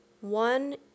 One